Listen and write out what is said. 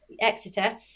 Exeter